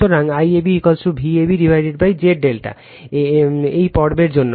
সুতরাং IAB VabZ ∆ এই পর্বের জন্য